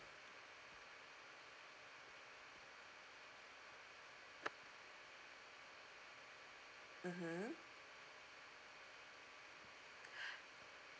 mm